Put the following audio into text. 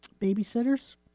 babysitters